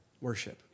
worship